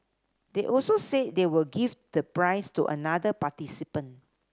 they also said they will give the prize to another participant